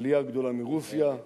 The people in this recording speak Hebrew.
עלייה גדולה מרוסיה,